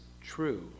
true